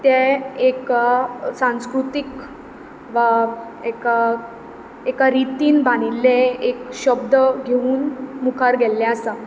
तें एका सांस्कृतीक वा एका एका रितीन बांदिल्लें एक शब्द घेवन मुखार गेल्लें आसा